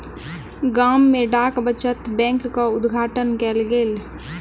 गाम में डाक बचत बैंकक उद्घाटन कयल गेल